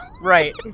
right